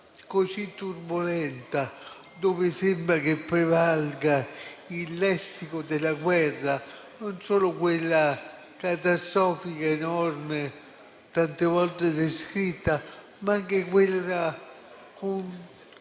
così turbolenta sembra che prevalga il lessico della guerra, non solo quella catastrofica, enorme, tante volte descritta, ma anche quella